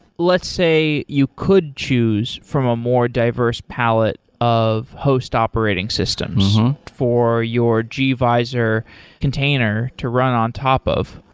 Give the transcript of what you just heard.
let's say you could choose from a more diverse palette of host operating systems for your gvisor container to run on top of.